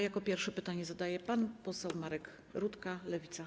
Jako pierwszy pytanie zadaje pan poseł Marek Rutka, Lewica.